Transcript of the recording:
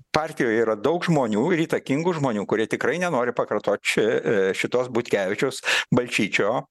partijoj yra daug žmonių ir įtakingų žmonių kurie tikrai nenori pakartot čia šitos butkevičiaus balčyčio